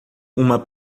uma